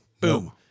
Boom